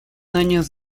años